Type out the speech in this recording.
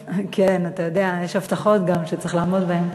כן, אתה יודע, יש הבטחות גם, וצריך לעמוד בהן.